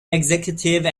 executive